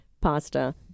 pasta